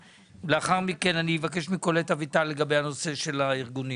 לאחר מכן אני אבקש מקולט אביטל לדבר לגבי הנושא של הארגונים.